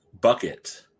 Bucket